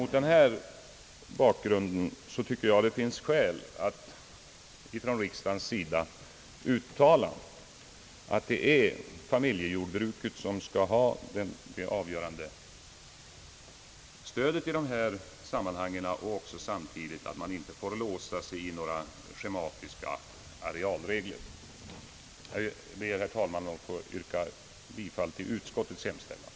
Mot denna bakgrund tycker jag att det finns skäl för riksdagen att uttala, att familjejordbruken skall ha det avgörande stödet i dessa sammanhang och samtidigt att man inte får låsa sig i några schematiska arealregler. Jag ber, herr talman, att få yrka bifall till utskottets hemställan.